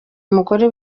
mugore